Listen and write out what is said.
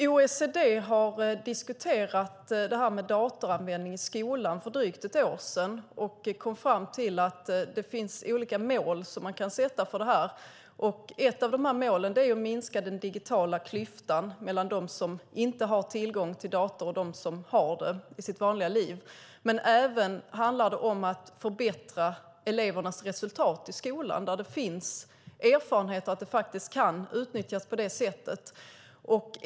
OECD diskuterade datoranvändning i skolan för drygt ett år sedan och kom fram till att man kan sätta upp olika mål för detta. Ett av de här målen är att minska den digitala klyftan mellan dem som inte har tillgång till dator och de som har det i sitt vanliga liv. Men det handlar även om att förbättra elevernas resultat i skolan. Det finns erfarenhet av att datorer faktiskt kan utnyttjas på det sättet.